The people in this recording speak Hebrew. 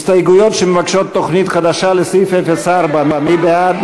הסתייגויות שמבקשות תוכנית חדשה לסעיף 04. מי בעד?